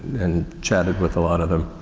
and chatted with a lot of them.